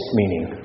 meaning